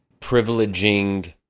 privileging